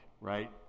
right